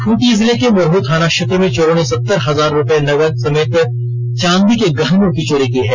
खुंटी जिले के मुरह थाना क्षेत्र में चोरों ने सत्तर हजार रुपये नगद समेत चांदी के गहनों की चोरी की है